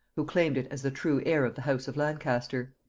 who claimed it as the true heir of the house of lancaster.